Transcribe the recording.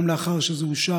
גם לאחר שזה אושר,